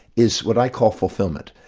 is what i call fulfillment.